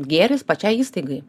gėris pačiai įstaigai